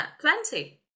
Plenty